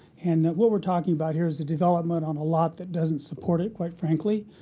and what we're talking about here is a development on a lot that doesn't support it, quite frankly.